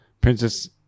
princess